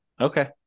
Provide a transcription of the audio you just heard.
Okay